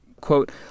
quote